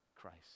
Christ